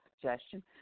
suggestion